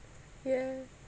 yeah